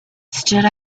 stood